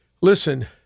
Listen